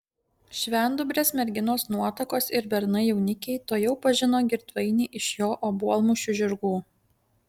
švendubrės merginos nuotakos ir bernai jaunikiai tuojau pažino girdvainį iš jo obuolmušių žirgų